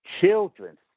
children